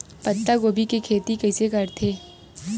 पत्तागोभी के खेती कइसे करथे?